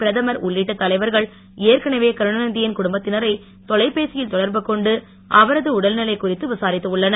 பிரதமர் உள்ளிட்ட தலைவர்கள் ஏற்கனவே திருகருணா நிதியின் குடும்பத்தினரை தொலைபேசியில் தொடர்பு கொண்டு அவரது உடல்நிலை குறித்து விசாரித்துள்ளனர்